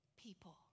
people